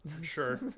Sure